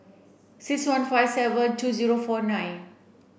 six one five seven two zero four nine